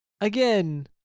again